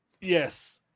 Yes